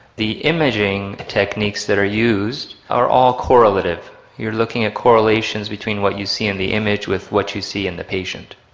the imaging techniques that are used are all correlative you're looking at correlations between what you see in the image with what you see in the patient.